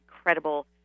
incredible